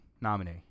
nominee